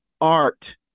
art